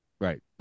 Right